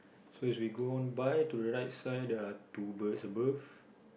so as we go on by to the right side there are two birds above